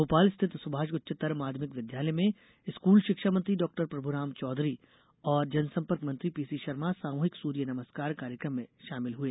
भोपाल स्थित सुभाष उच्चतर माध्यमिक विद्यालय में स्कूल शिक्षा मंत्री डाक्टर प्रभुराम चौधरी और जनसंपर्क मंत्री पीसीशर्मा सामूहिक सूर्य नमस्कार कार्यक्रम में शामिल हुए